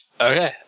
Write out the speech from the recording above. okay